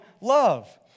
love